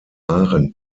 arendt